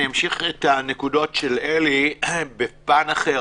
אני אמשיך את הנקודות של אלי בפן אחר.